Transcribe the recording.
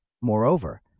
Moreover